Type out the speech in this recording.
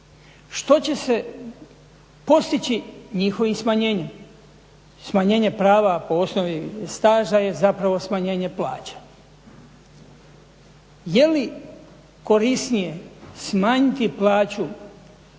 što će se postići njihovim smanjenjem. Smanjenje prava po osnovi staža je zapravo smanjenje plaće. Je li korisnije smanjiti plaću